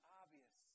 obvious